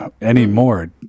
Anymore